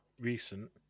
recent